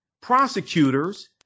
prosecutors